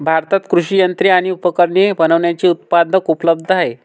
भारतात कृषि यंत्रे आणि उपकरणे बनविण्याचे उत्पादक उपलब्ध आहे